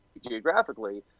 geographically